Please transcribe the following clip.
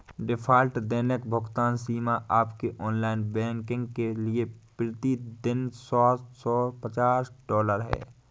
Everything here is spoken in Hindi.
डिफ़ॉल्ट दैनिक भुगतान सीमा आपके ऑनलाइन बैंकिंग के लिए प्रति दिन सात सौ पचास डॉलर है